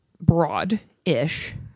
broad-ish